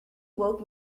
woke